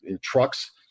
trucks